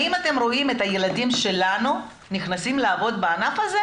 האם אתם רואים את הילדים שלנו נכנסים לעבוד בענף הזה?